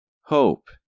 Hope